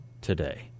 today